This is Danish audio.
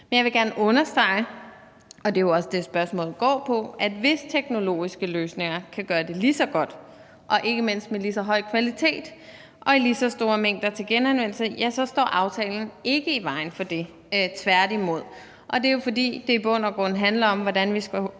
Jeg vil gerne understrege, og det er jo også det, spørgsmålet går på, at hvis teknologiske løsninger kan gøre det lige så godt og ikke mindst med ligeså høj kvalitet og i ligeså store mængder til genanvendelse, står aftalen ikke i vejen for det, tværtimod. Det er jo, fordi det i bund og grund handler om, hvordan vi får